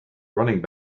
running